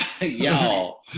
Y'all